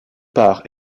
part